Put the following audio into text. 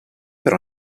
per